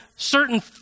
Certain